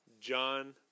John